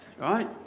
right